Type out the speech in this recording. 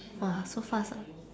!wah! so fast ah